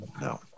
No